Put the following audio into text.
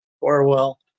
Orwell